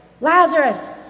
Lazarus